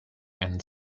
and